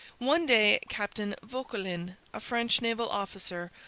one day captain vauquelin, a french naval officer,